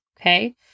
Okay